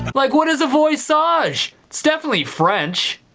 but like what is a voisage? it's definitely french.